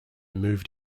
moved